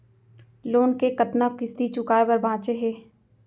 Loan के कतना किस्ती चुकाए बर बांचे हे?